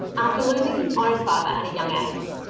after losing his own father at a young age,